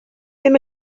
ddim